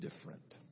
different